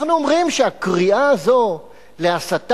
אנחנו אומרים שהקריאה הזאת להסתה,